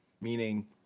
meaning